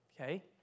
Okay